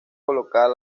colocadas